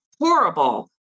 horrible